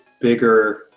bigger